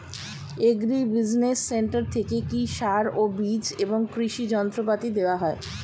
Agri business centre থেকে কি সার ও বিজ এবং কৃষি যন্ত্র পাতি দেওয়া হয়?